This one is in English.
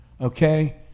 okay